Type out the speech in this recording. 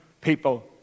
people